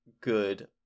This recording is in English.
good